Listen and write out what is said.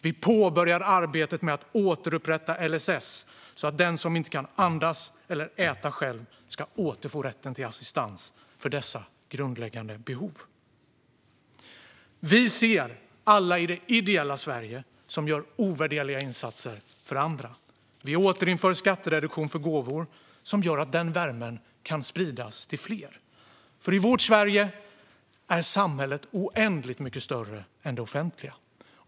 Vi påbörjar arbetet med att återupprätta LSS, så att den som inte kan andas eller äta själv ska återfå rätten till assistans för dessa grundläggande behov. Vi ser alla i det ideella Sverige som gör ovärderliga insatser för andra. Vi återinför skattereduktion för gåvor, som gör att den värmen kan spridas till fler. För i vårt Sverige är samhället oändligt mycket större än det offentliga.